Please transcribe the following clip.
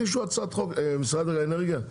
משרד האנרגיה,